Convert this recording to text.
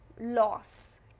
loss